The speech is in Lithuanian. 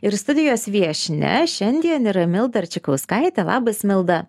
ir studijos viešnia šiandien yra milda arčikauskaitė labas milda